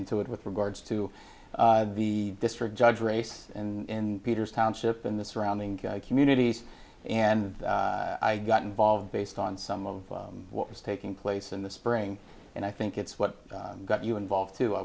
into it with regards to the district judge race in peters township and the surrounding communities and i got involved based on some of what was taking place in the spring and i think it's what got you involved too i